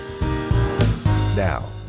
Now